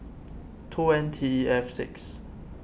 two N T E F six